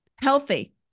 Healthy